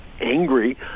angry